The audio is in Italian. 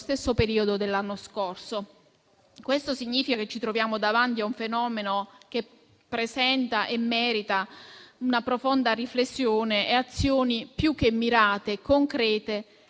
stesso periodo dell'anno scorso. Questo significa che ci troviamo davanti a un fenomeno che presenta e merita una profonda riflessione e azioni più che mirate, concrete e